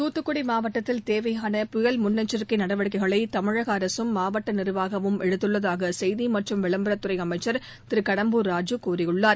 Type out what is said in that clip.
தூத்துக்குடி மாவட்டத்தில் தேவையான புயல் முன்னெச்சிக்கை நடவடிக்கைகளை தமிழக அரசும் மாவட்ட நிர்வாகமும் எடுத்துள்ளதாக செய்தி மற்றும் விளம்பரத்துறை அமைச்சர் திரு கடம்பூர் ராஜு கூறியுள்ளார்